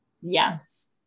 Yes